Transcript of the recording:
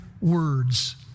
words